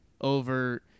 over